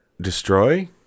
Destroy